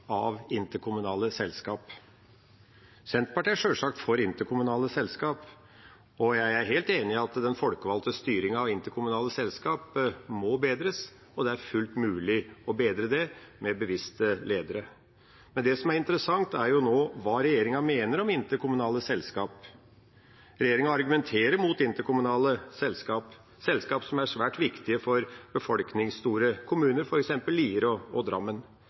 av interkommunale selskaper. Senterpartiet er sjølsagt for interkommunale selskaper, og jeg er helt enig i at den folkevalgte styringen av interkommunale selskaper må bedres. Det er fullt mulig å bedre det med bevisste ledere. Men det som er interessant, er hva regjeringa nå mener om interkommunale selskaper. Regjeringa argumenterer mot interkommunale selskaper, selskaper som er svært viktige for befolkningsstore kommuner, f.eks. Lier og Drammen.